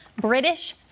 British